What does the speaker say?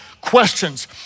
questions